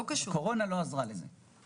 והקורונה בטח לא עזרה לזה.